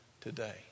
today